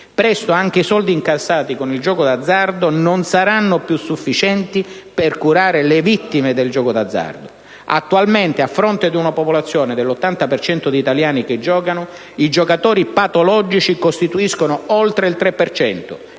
Presto, anche i soldi incassati con il gioco d'azzardo non saranno più sufficienti per curare le vittime del gioco d'azzardo. Attualmente, a fronte di una popolazione dell'80 per cento di italiani che giocano, i giocatori patologici costituiscono oltre il 3